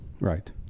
Right